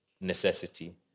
necessity